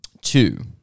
Two